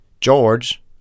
George